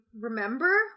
Remember